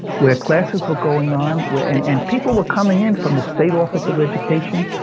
where classes were going on, where and and people were coming in from the state office of education,